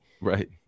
Right